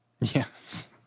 Yes